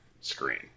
screen